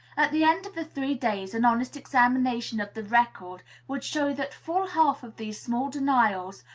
at the end of the three days, an honest examination of the record would show that full half of these small denials,